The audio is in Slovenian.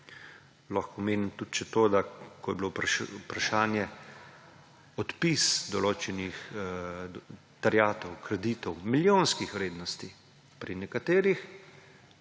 Lahko omenim tudi to, da ko je bilo vprašanje odpisa določenih terjatev, kreditov milijonskih vrednosti, pri nekaterih